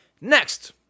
Next